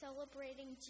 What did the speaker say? Celebrating